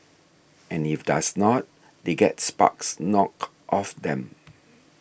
and if does not they get sparks knocked off them